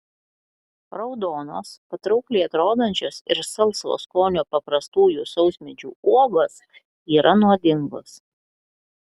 raudonos patraukliai atrodančios ir salsvo skonio paprastųjų sausmedžių uogos yra nuodingos